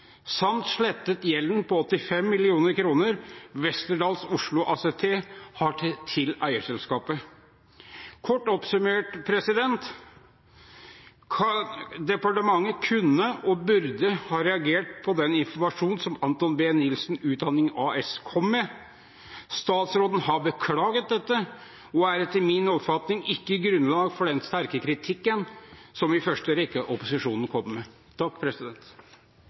samt slettet gjelden på 85 mill. kr Westerdals Oslo ACT har til eierselskapet. Kort oppsummert: Departementet kunne og burde ha reagert på den informasjonen som Anthon B Nilsen Utdanning AS kom med. Statsråden har beklaget dette, og det er etter min oppfatning ikke grunnlag for den sterke kritikken som i første rekke opposisjonen kommer med.